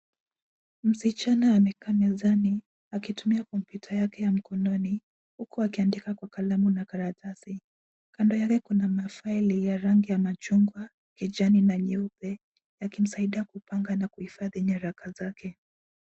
Msichana amekaa mezani akitumia kompyuta yake ya mkononi huku akiandika kwa kalamu na karatasi. Kando yake kuna mafaili ya rangi ya machungwa, kijani na nyeupe yakimsaidia kupanga na kuhifadhi nyaraka zake.